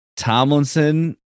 Tomlinson